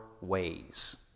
ways